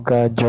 God